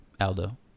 Aldo